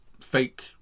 fake